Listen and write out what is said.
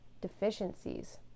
deficiencies